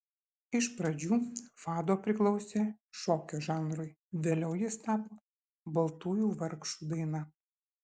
iš pradžių fado priklausė šokio žanrui vėliau jis tapo baltųjų vargšų daina